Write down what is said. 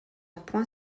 point